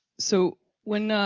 so when,